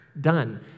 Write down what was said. done